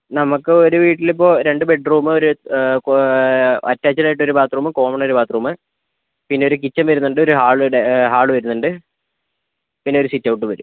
നമുക്ക് ഒരു വീട്ടിൽ ഇപ്പോൾ രണ്ടു ബെഡ്റൂം ഒരു അറ്റാച്ച്ഡ് ആയിട്ട് ഒരു ബാത്ത്റൂം കോമണ് ഒരു ബാത്ത്റൂം പിന്നെ ഒരു കിച്ചണ് വരുന്നുണ്ട് ഒരു ഹാൾ വരുന്നുണ്ട് പിന്നെ ഒരു സിറ്റ്ഔട്ടും വരും